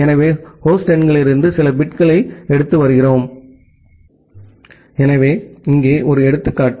எனவே ஹோஸ்ட் எண்களிலிருந்து சில பிட்களை எடுத்து வருகிறோம் எனவே இங்கே ஒரு எடுத்துக்காட்டு